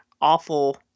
awful